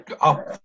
up